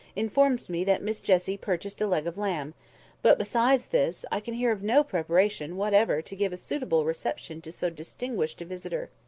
informs me that miss jessie purchased a leg of lamb but, besides this, i can hear of no preparation whatever to give a suitable reception to so distinguished a visitor.